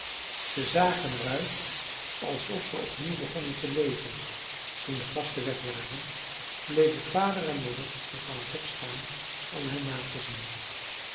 ze zagen er uit alsof ze opnieuw begonnen te leven toen de gasten weg waren bleven vader en moeder nog aan het hek staan om hen na te zien